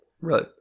Right